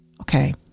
Okay